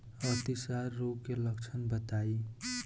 अतिसार रोग के लक्षण बताई?